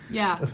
yeah.